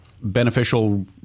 beneficial